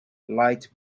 light